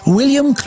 William